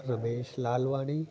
Ramesh Lalwani